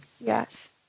Yes